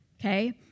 okay